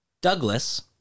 Douglas